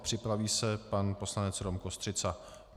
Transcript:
Připraví se pan poslanec Rom Kostřica.